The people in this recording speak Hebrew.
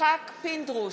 יצחק פינדרוס,